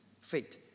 fate